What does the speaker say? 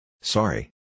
Sorry